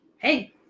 Hey